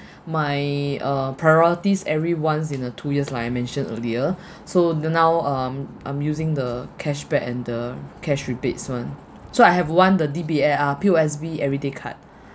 my uh priorities every once in a two years like I mentioned earlier so now um I'm using the cashback and the cash rebates [one] so I have one the D_B_A uh P_O_S_B everyday card